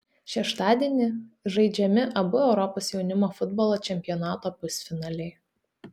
šeštadienį žaidžiami abu europos jaunimo futbolo čempionato pusfinaliai